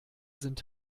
sind